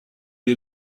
est